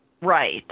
Right